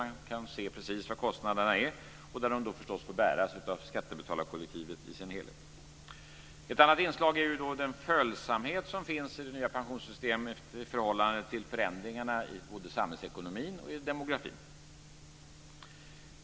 Man kan se precis vad kostnaderna är, och de får bäras av skattebetalarkollektivet i dess helhet. Ett annat inslag är den följsamhet som finns i det nya pensionssystemet i förhållande till förändringarna i både samhällsekonomin och demografin.